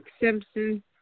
Simpson